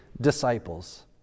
disciples